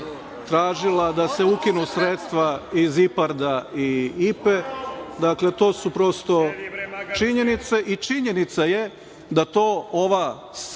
tražile da se ukinu sredstva iz IPARD-a i IPA-e. Dakle, to su prosto činjenice. I činjenica je to da ova